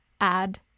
add